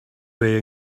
way